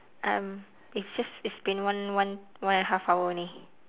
um it's just it's been one one one and a half hour only